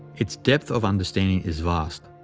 its depth of understanding is vast.